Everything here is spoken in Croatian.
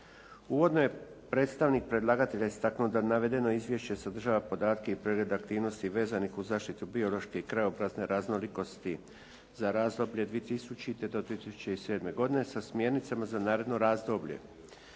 Uvodno je predstavnik predlagatelja istaknuo da navedeno izvješće sadržava podatke i provedbe aktivnosti vezanih uz zaštitu biološke i krajobrazne raznolikosti za razdoblje 2000. do 2007. godine sa smjernicama za naredno razdoblje.